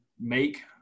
Make